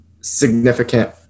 significant